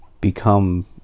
become